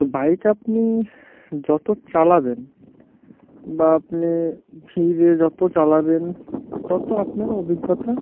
তো বাইক আপনি যত চালাবেন বা আপনি ভিড়ে যত চালাবেন তত আপনার অভিজ্ঞতা